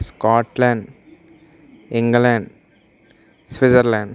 Scotland England Switzerland